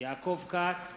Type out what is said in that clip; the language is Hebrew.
יעקב כץ,